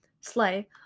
slay